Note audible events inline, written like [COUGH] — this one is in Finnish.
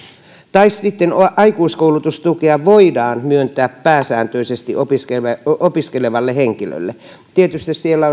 tai sitten aikuiskoulutustukea voidaan myöntää päätoimisesti opiskelevalle opiskelevalle henkilölle tietysti siellä [UNINTELLIGIBLE]